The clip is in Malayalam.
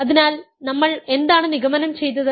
അതിനാൽനമ്മൾ എന്താണ് നിഗമനം ചെയ്തത്